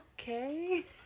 okay